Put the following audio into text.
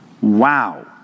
Wow